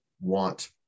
want